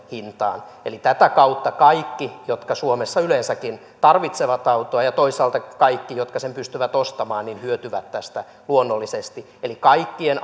hintaan tätä kautta kaikki jotka suomessa yleensäkin tarvitsevat autoa ja toisaalta kaikki jotka sen pystyvät ostamaan hyötyvät tästä luonnollisesti kaikkien